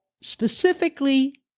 specifically